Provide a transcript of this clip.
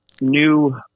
new